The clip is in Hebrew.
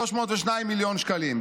302 מיליון שקלים,